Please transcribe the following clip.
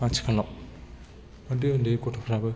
आथिखालाव उन्दै उन्दै गथ'फ्राबो